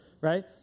right